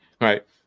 right